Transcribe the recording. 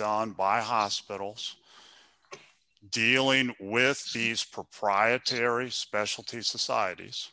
done by hospitals dealing with these proprietary specialty societies